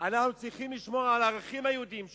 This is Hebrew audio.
אנחנו צריכים לשמור על הערכים היהודיים שלנו.